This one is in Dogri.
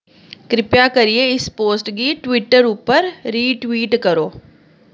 किरपा करियै इस पोस्ट गी ट्विटर उप्पर रीट्वीट करो